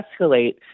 escalate